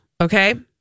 Okay